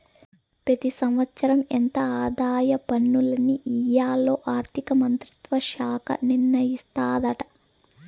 పెతి సంవత్సరం ఎంత ఆదాయ పన్నుల్ని ఎయ్యాల్లో ఆర్థిక మంత్రిత్వ శాఖ నిర్ణయిస్తాదాట